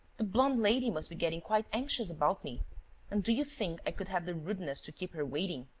the blonde lady must be getting quite anxious about me and do you think i could have the rudeness to keep her waiting?